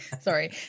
Sorry